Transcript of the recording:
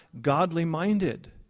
godly-minded